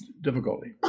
difficulty